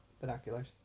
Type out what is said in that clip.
Binoculars